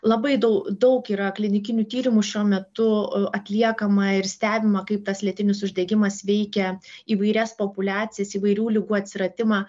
labai dau daug yra klinikinių tyrimų šiuo metu atliekama ir stebima kaip tas lėtinis uždegimas veikia įvairias populiacijas įvairių ligų atsiradimą